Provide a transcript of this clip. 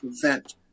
prevent